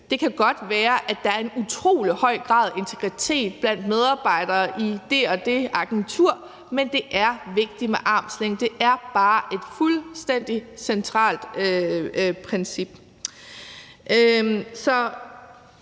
godt kan være, at der er en utrolig høj grad af integritet blandt medarbejdere i det og det agentur, men det er vigtigt med armslængde. Det er bare et fuldstændig centralt princip.